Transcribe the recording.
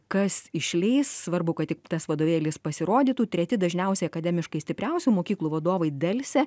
kas išleis svarbu kad tik tas vadovėlis pasirodytų treti dažniausiai akademiškai stipriausių mokyklų vadovai delsia